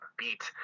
beat